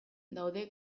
daude